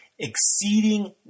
Exceeding